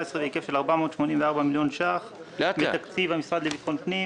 בהיקף של 484 מיליון שקלים מתקציב המשרד לביטחון פנים.